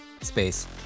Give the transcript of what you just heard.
space